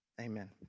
Amen